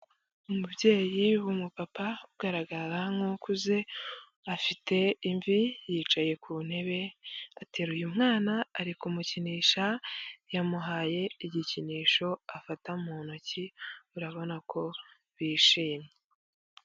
Umubyeyi w'umupapa ugaragara nk'ukuze, afite imvi yicaye ku ntebe ateruye umwana ari kumukinisha yamuhaye igikinisho afata mu ntoki urabona ko bishimye.